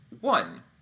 one